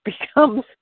becomes